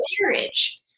marriage